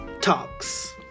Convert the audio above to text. Talks